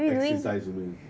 exercises you mean